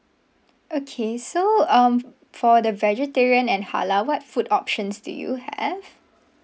okay so um for the vegetarian and halal what food options do you have